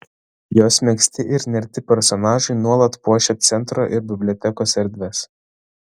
jos megzti ir nerti personažai nuolat puošia centro ir bibliotekos erdves